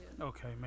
Okay